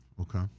Okay